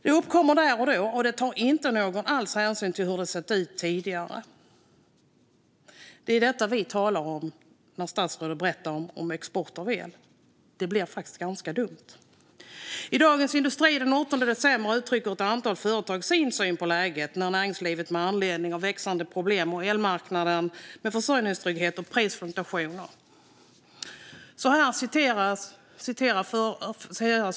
Det uppkommer där och då, och det tar ingen hänsyn till hur det har sett ut tidigare. Det är detta som vi talar om när statsrådet berättar om export av el. Det blir faktiskt ganska dumt. I Dagens industri den 8 december uttrycker ett antal företag sin syn på läget för näringslivet med anledning av växande problem på elmarknaden med försörjningstrygghet och prisfluktuationer.